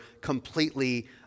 completely